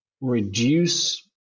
reduce